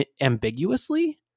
ambiguously